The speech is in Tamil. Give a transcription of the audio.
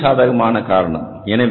இது மீண்டும் சாதகமான காரணம்